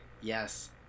Yes